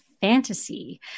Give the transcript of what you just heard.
fantasy